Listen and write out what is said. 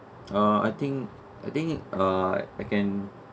uh I think I think uh I can